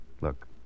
Look